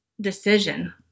decision